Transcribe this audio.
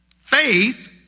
faith